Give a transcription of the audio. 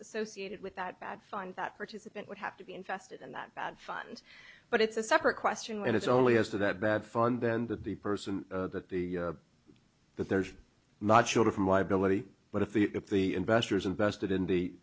associated with that bad find that participant would have to be invested in that bad fund but it's a separate question when it's only as to that bad fund and that the person that the that there is not shielded from liability but if the if the investors invested in the